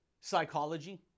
psychology